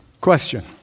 Question